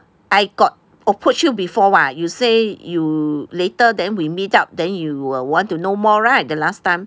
I got approach you before [what] you say you later then we meet up then you will want to know more right the last time